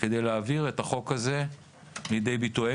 כדי להעביר את החוק הזה לידי ביטוי.